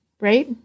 right